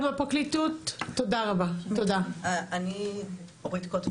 אני אורית קוטב,